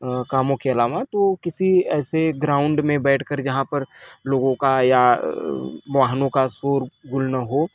कामों के अलावा तो किसी ऐसे ग्राउंड में बैठ कर जहाँ पर लोगों का या वाहनों का शोरगुल न हो